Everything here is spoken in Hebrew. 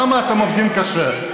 למה אתם עובדים קשה?